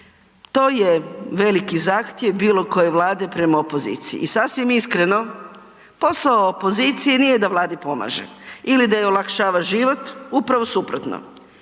To je veliki zahtjev bilo koje Vlade prema opoziciji i sasvim iskreno posao opozicije nije da Vladi pomaže ili da joj olakšava život, upravo suprotno.